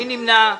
מי נמנע?